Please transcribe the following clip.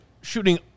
shooting